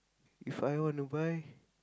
if I want to buy